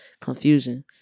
Confusion